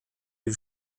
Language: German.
die